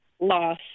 loss